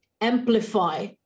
amplify